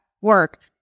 work